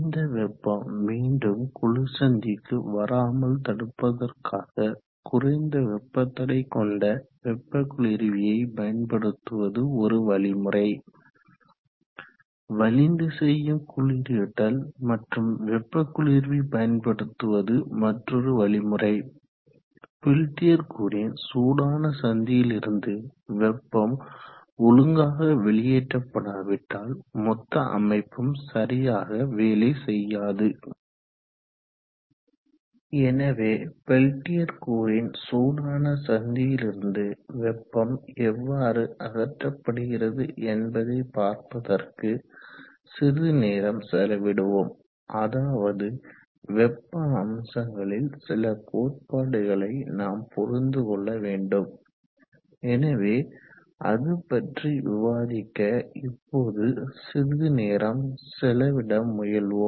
இந்த வெப்பம் மீண்டும் குளிர்சந்திக்கு வராமல் தடுப்பதற்காக குறைந்த வெப்ப தடை கொண்ட வெப்ப குளிர்வியை பயன்படுத்துவது ஒரு வழிமுறை வலிந்து செய்யும் குளிரூட்டல் மற்றும் வெப்ப குளிர்வி பயன்படுத்துவது மற்றோரு வழிமுறை பெல்டியர் கூறின் சூடான சந்தியிலிருந்து வெப்பம் ஒழுங்காக வெளியேற்றபடாவிட்டால் மொத்த அமைப்பும் சரியாக வேலை செய்யாது எனவே பெல்டியர் கூறின் சூடான சந்தியிலிருந்து வெப்பம் எவ்வாறு அகற்றப்படுகிறது என்பதைப் பார்ப்பதற்கு சிறிது நேரம் செலவிடுவோம் அதாவது வெப்ப அம்சங்களில் சில கோட்பாடுகளை நாம் புரிந்து கொள்ள வேண்டும் எனவே அது பற்றி விவாதிக்க இப்போது சிறிது நேரம் செலவிட முயல்வோம்